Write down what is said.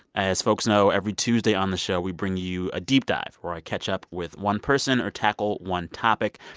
as folks know, every tuesday on the show, we bring you a deep dive, where i catch up with one person or tackle one topic.